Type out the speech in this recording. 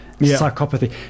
psychopathy